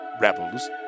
rebels